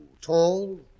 Tall